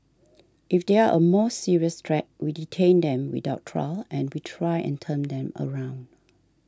if they are a more serious threat we detain them without trial and we try and turn them around